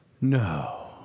No